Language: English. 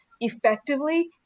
effectively